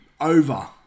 over